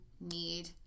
need